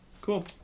Cool